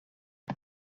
but